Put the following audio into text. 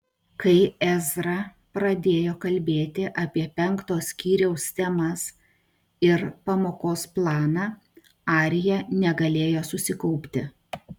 kai ezra pradėjo kalbėti apie penkto skyriaus temas ir pamokos planą arija negalėjo susikaupti